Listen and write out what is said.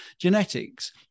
genetics